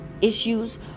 issues